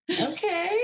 Okay